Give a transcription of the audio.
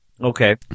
Okay